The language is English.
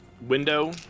window